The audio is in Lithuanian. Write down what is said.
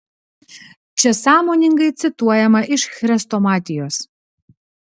čia sąmoningai cituojama iš chrestomatijos